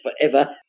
forever